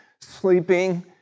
sleeping